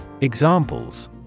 Examples